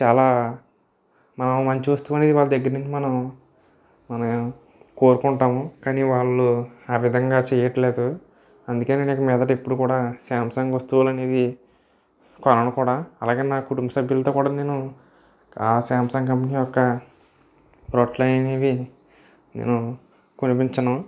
చాలా మనం మంచి వస్తువనేది వాళ్ళ దగ్గర నుంచి మనం మనం కోరుకుంటాము కానీ వాళ్ళు ఆ విధంగా చెయ్యట్లేదు అందుకే నేను ఇక మీదట ఎప్పుడూ కూడా శాంసంగ్ వస్తువులు అనేవి కొనను కూడా అలాగే నా కుటుంబ సభ్యులతో కూడా నేను ఆ శాంసంగ్ కంపెనీ యొక్క ప్రోడక్ట్లు అనేవి నేను కొనిపించను